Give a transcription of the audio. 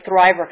thriver